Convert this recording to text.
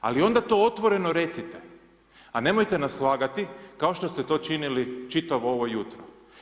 Ali onda to otvoreno recite a nemojte nas lagati kao što se to činili čitavo ovo jutro.